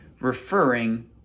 referring